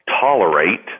tolerate